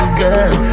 girl